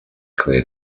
clear